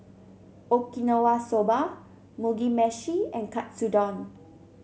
Okinawa Soba Mugi Meshi and Katsudon